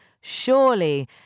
surely